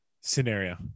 Scenario